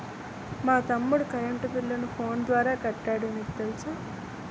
మా తమ్ముడు కరెంటు బిల్లును ఫోను ద్వారా కట్టాడు నీకు తెలుసా